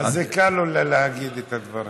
אז קל לו להגיד את הדברים.